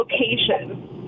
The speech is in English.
location